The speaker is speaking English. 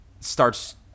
starts